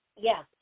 yes